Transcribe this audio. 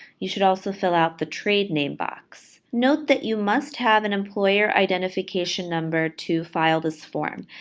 you should also fill out the trade name box. note that you must have an employer identification number to file this form.